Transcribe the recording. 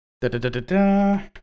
Da-da-da-da-da